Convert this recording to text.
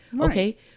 okay